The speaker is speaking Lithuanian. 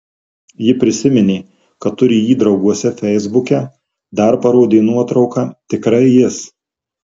ji prisiminė kad turi jį drauguose feisbuke dar parodė nuotrauką tikrai jis